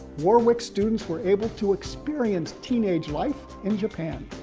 warwick students were able to experience teenage life in japan.